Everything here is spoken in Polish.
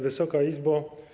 Wysoka Izbo!